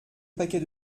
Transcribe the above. paquets